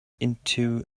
into